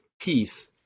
peace